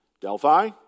Delphi